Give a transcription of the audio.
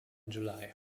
july